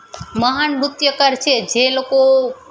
મહાન નૃત્યકાર છે જે લોકો